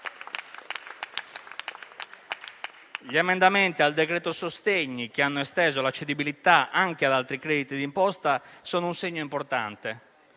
Gli emendamenti al decreto-legge sostegni, che hanno esteso la cedibilità anche ad altri crediti d'imposta, sono un segno importante.